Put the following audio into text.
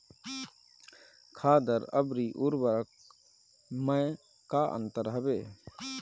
खादर अवरी उर्वरक मैं का अंतर हवे?